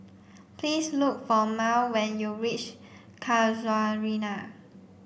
please look for Mal when you reach Casuarina